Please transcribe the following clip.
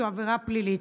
זו עבירה פלילית.